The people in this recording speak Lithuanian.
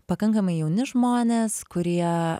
pakankamai jauni žmonės kurie